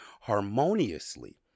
harmoniously